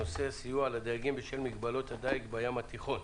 הנושא: סיוע לדייגים בשל מגבלות הדיג בים התיכון.